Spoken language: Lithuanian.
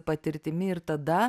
patirtimi ir tada